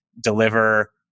deliver